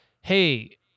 Hey